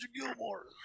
Gilmore